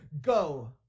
Go